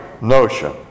notion